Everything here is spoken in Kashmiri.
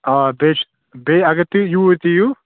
آ تُہۍ ہے چھ بیٚیہِ اگر تُہۍ یوٗرۍ تہِ یِیِو